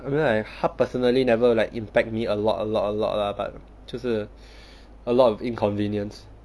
I mean like 他 personally never like impact me a lot a lot a lot lah but 就是 a lot of inconvenience